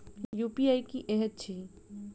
UPI की हएत छई?